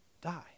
die